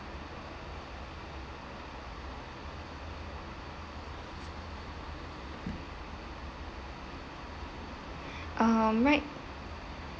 uh right